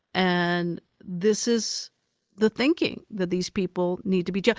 and this is the thinking, that these people need to be jailed.